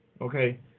Okay